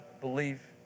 believe